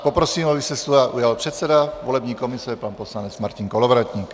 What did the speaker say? Poprosím, aby se slova ujal předseda volební komise pan poslanec Martin Kolovratník.